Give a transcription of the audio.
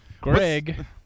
Greg